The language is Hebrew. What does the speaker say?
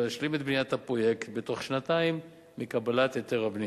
ישלים את בניית הפרויקט בתוך שנתיים מקבלת היתר הבנייה.